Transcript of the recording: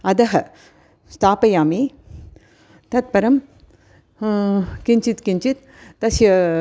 अधः स्थापयामि ततःपरं किञ्चित् किञ्चित् तस्य